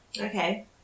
Okay